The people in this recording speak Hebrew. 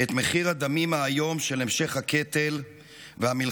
את מחיר הדמים האיום של המשך הקטל והמלחמה,